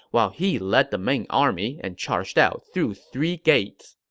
while he led the main army and charged out through three gates.